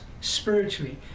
spiritually